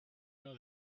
know